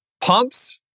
pumps